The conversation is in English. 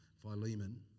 Philemon